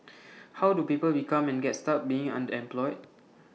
how do people become and get stuck being underemployed